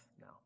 Now